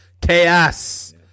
chaos